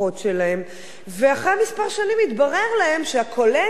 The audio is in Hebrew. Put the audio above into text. ואחרי כמה שנים התברר להם שהקולגה שיושב